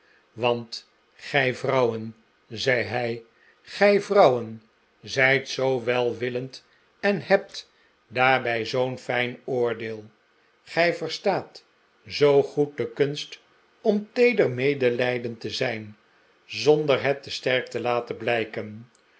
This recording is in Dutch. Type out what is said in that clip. want gij vrouwen zei hij wgij vrouwen zijt zoo welwillend en hebt daarbij zoo'n fijn oordeel gij verstaat zoo goed de kunst om feeder med'elijdend te zijn zonder het te sterk te laten blijken